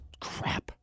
crap